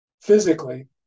physically